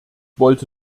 wollte